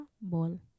ball